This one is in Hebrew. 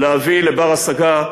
להביא לדיור בר-השגה,